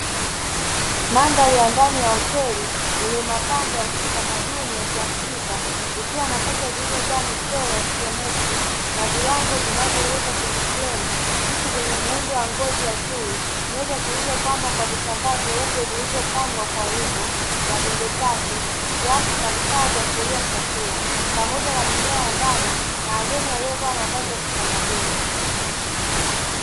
Mandhari ya ndani ya hoteli yenye mapambo ya kitamaduni ya kiafrika ikiwa na kuta zilizojaa michoro ya kijiometri na viwango vinavyowekwa kwenye fremu. Viti vyenye muundo wa ngozi ya chui, meza zilizopambwa kwa vitambaa vyeupe vilivyopangwa kwa umbo la pembe tatu, glasi na vifaa vya kulia chakula pamoja na mimea ya ndani na wageni waliovaa mavazi ya kitamaduni.